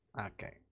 Okay